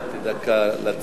נתתי דקה לציונות.